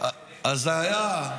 אז היה,